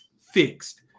fixed